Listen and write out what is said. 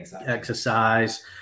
exercise